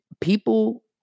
people